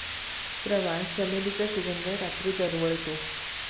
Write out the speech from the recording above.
प्रवाळ, चमेलीचा सुगंध रात्री दरवळतो